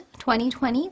2020